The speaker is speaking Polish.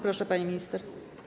Proszę, pani minister.